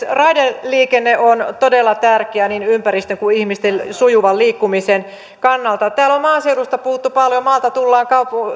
raideliikenne on todella tärkeä niin ympäristön kuin ihmisten sujuvan liikkumisen kannalta täällä on maaseudusta puhuttu paljon maalta tullaan